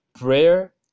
Prayer